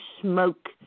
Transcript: smoke